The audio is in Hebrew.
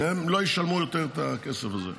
שהם לא ישלמו יותר את הכסף הזה.